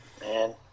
Man